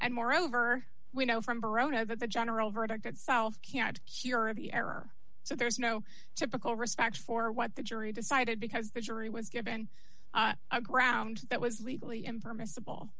and moreover we know from verona that the general verdict itself cannot cure of the error so there is no typical respect for what the jury decided because the jury was given a ground that was legally and permissible